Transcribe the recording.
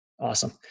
Awesome